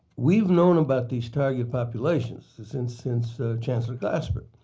we've known about these target populations since since chancellor glasper.